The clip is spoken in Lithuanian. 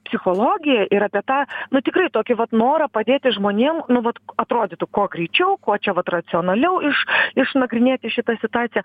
psichologiją ir apie tą nu tikrai tokį vat norą padėti žmonėm nu vat atrodytų kuo greičiau kuo čia vat racionaliau iš išnagrinėti šitą situaciją